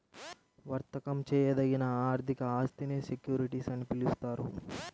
వర్తకం చేయదగిన ఆర్థిక ఆస్తినే సెక్యూరిటీస్ అని పిలుస్తారు